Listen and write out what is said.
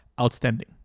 outstanding